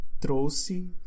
trouxe